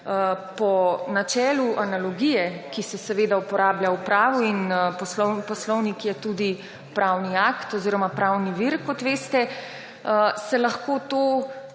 Po načelu analogije, ki se seveda uporablja v pravu − in poslovnik je tudi pravni akt oziroma pravni vir, kot veste − se lahko to